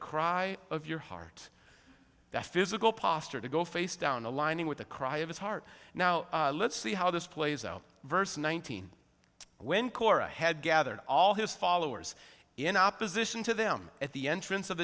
cry of your heart that physical posture to go face down aligning with the cry of his heart now let's see how this plays out verse nineteen when kora had gathered all his followers in opposition to them at the entrance of